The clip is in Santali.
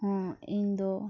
ᱦᱚᱸ ᱤᱧᱫᱚ